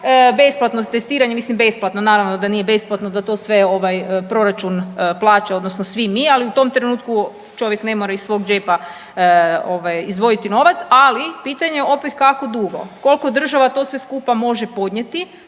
besplatno testiranje, mislim besplatno, naravno da nije besplatno, da to sve ovaj proračun plaća odnosno svi mi, ali u tom trenutku čovjek ne mora iz svog džepa ovaj izdvojiti novac, ali pitanje je opet kako dugo, kolko država to sve skupa može podnijeti.